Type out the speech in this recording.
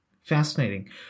Fascinating